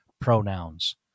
pronouns